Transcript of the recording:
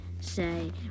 say